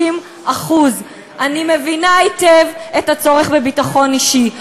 60%. אני מבינה היטב את הצורך בביטחון אישי,